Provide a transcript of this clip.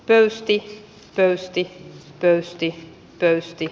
pöysti pöysti pöysti pöysti